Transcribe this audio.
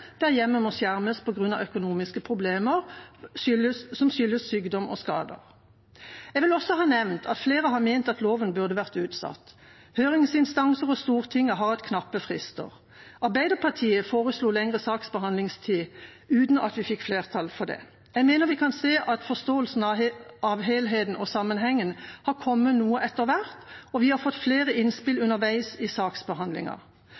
der hjemmet må skjermes på grunn av økonomiske problemer som skyldes sykdom og skader. Jeg vil også ha nevnt at flere har ment at loven burde vært utsatt. Høringsinstanser og Stortinget har hatt knappe frister. Arbeiderpartiet foreslo lengre saksbehandlingstid, uten at vi fikk flertall for det. Jeg mener vi kan se at forståelsen av helheten og sammenhengen har kommet noe etter hvert, og vi har fått flere innspill